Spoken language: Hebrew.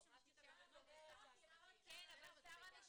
הרי אנחנו לא בתוך ואקום, אין פה ריק.